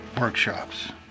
workshops